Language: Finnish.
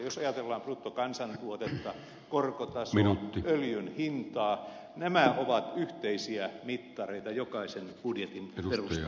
jos ajatellaan bruttokansantuotetta korkotasoa öljyn hintaa nämä ovat yhteisiä mittareita jokaisen budjetin perustana